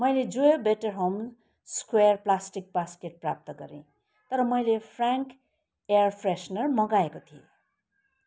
मैले Joyo better home square plastic basket प्राप्त गरेँ तर मैले फ्रान्क एयर फ्रेसनर मगाएको थिएँ